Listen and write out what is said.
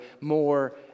more